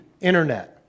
internet